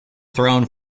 throne